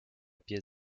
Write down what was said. pièce